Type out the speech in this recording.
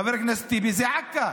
חבר הכנסת טיבי זה עכא.